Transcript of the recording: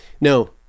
No